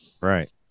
Right